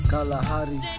Kalahari